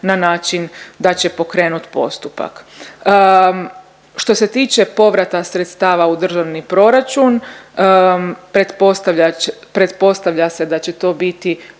na način da će pokrenut postupak. Što se tiče povrata sredstava u državni proračun pretpostavlja se da će to biti